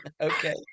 Okay